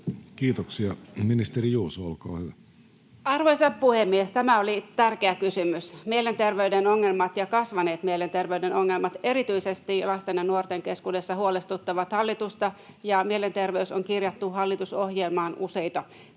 sd) Time: 16:10 Content: Arvoisa puhemies! Tämä oli tärkeä kysymys. Mielenterveyden ongelmat, kasvaneet mielenterveyden ongelmat erityisesti lasten ja nuorten keskuudessa huolestuttavat hallitusta, ja mielenter-veys on kirjattu hallitusohjelmaan useita